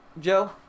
Joe